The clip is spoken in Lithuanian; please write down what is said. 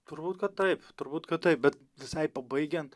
turbūt kad taip turbūt kad taip bet visai pabaigiant